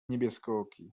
niebieskooki